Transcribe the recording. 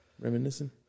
Reminiscing